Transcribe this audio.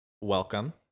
welcome